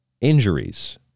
injuries